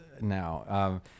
now